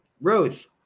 Ruth